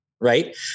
right